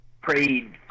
prayed